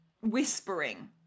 whispering